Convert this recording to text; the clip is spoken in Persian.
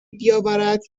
بیاورد